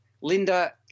Linda